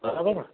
बराबरि न